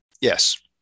yes